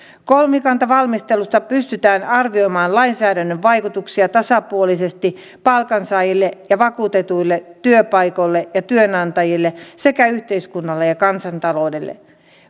kolmikantavalmistelusta pystytään arvioimaan lainsäädännön vaikutuksia tasapuolisesti palkansaajille ja vakuutetuille työpaikoille ja työnantajille sekä yhteiskunnalle ja kansantaloudelle